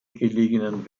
gelegenen